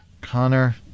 Connor